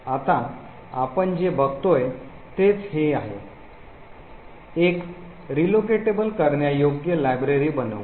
आत्ता आपण जे बघतोय तेच हे आहे एक पुनर्स्थित करण्यायोग्य library बनवू